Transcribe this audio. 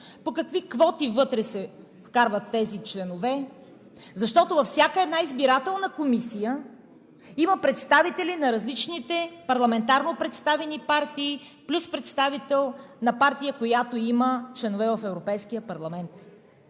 по какви квоти вътре се вкарват тези членове, защото във всяка една избирателна комисия има представители на различните парламентарно представени партии плюс представител на партия, която има членове в Европейския парламент.